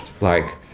like-